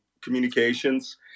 communications